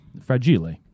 fragile